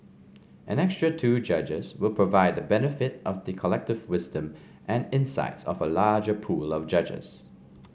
an extra two judges will provide the benefit of the collective wisdom and insights of a larger pool of judges